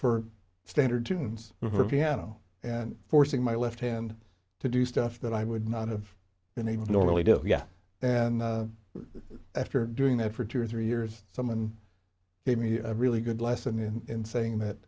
for standard tunes for piano and forcing my left hand to do stuff that i would not have been able to normally do yeah and after doing that for two or three years someone gave me a really good lesson in saying that